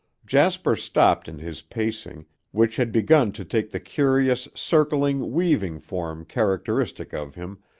jasper stopped in his pacing which had begun to take the curious, circling, weaving form characteristic of him,